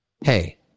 Hey